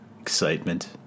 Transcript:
Excitement